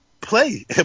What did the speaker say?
play